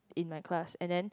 in my class and then